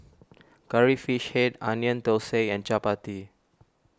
Curry Fish Head Onion Thosai and Chappati